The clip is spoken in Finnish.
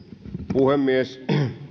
puhemies